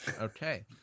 Okay